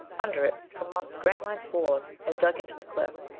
under it, for months grantline's bores had dug into the cliff.